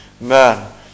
man